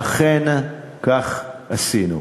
ואכן כך עשינו.